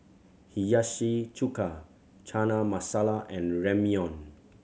Hiyashi Chuka Chana Masala and Ramyeon